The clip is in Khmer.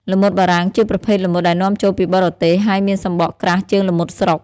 ល្មុតបារាំង ជាប្រភេទល្មុតដែលនាំចូលពីបរទេស ហើយមានសំបកក្រាស់ជាងល្មុតស្រុក។